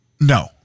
No